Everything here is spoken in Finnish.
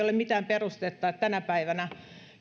ole mitään perustetta että tänä päivänä